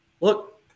look